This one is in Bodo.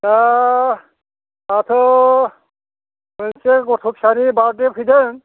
ओह दाथ मोनसे गथ' फिसानि बार्टडे फैदों